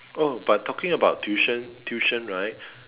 oh but talking about tuition tuition right